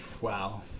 Wow